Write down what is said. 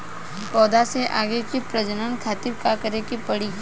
पौधा से आगे के प्रजनन खातिर का करे के पड़ी?